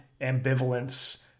ambivalence